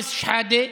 אנטאנס שחאדה,